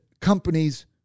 companies